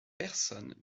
personnes